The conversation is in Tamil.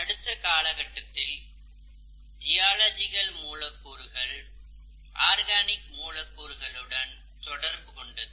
அடுத்த காலகட்டத்தில் ஜியாலஜிக்கல் மூலக்கூறுகள் ஆர்கானிக் மூலக்கூறுகளுடன் தொடர்பு கொண்டது